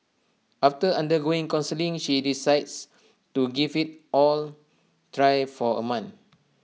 after undergoing counselling she decides to give IT all try for A month